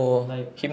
like